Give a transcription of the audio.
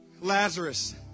Lazarus